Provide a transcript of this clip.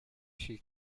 jeśli